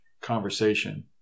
conversation